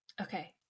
Okay